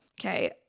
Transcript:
Okay